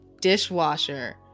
Dishwasher